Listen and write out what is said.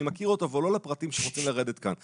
אני מכיר אותו אבל לפרטים שרוצים לרדת כאן.